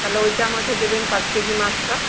তাহলে ওইটা আমাকে দেবেন পাঁচ কেজি মাছটা